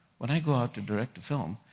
when i go out to direct a film,